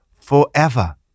forever